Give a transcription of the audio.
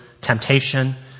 temptation